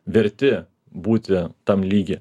verti būti tam lygy